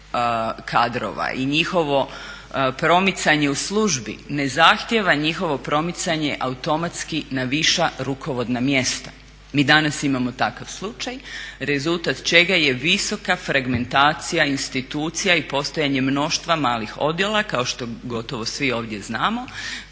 kadrova i njihovo promicanje u službi ne zahtjeva njihovo promicanje automatski na viša rukovodna mjesta. Mi danas imamo takav slučaj, rezultat čega je visoka fragmentacija institucija i postojanje mnoštva malih odjela kao što gotovo svi ovdje znamo,